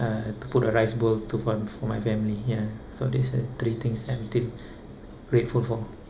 uh to put a rice bowl to for for my family ya so these are the three things that I'm still grateful for